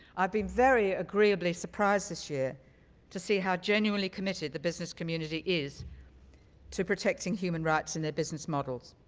i've been very agreeably surprised this year to see how genuinely committed the business community is to protecting human rights in their business models.